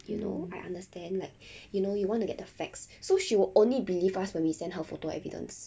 you know I understand like you know you want to get the facts so she will only believe us when we send her photo evidence